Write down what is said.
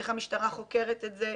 איך המשטרה חוקרת את זה?